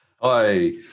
Hi